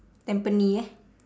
tampines eh